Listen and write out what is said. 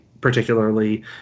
particularly